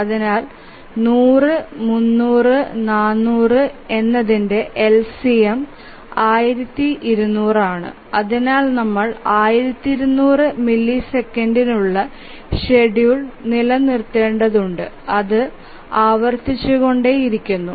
അതിനാൽ 100 300 400 LCM 1200 ആണ് അതിനാൽ നമ്മൾ 1200 മില്ലിസെക്കൻഡിനുള്ള ഷെഡ്യൂൾ നിലനിർത്തേണ്ടതുണ്ട് അത് ആവര്തിച്ചുകൊണ്ടേ ഇരിക്കുക